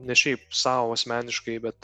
ne šiaip sau asmeniškai bet